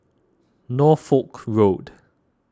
Norfolk Road